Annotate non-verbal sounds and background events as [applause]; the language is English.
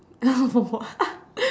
[laughs] what [laughs]